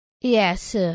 Yes